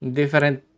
different